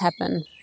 happen